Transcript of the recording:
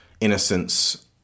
innocence